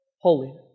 holiness